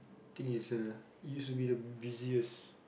the thing is a it used to be the busiest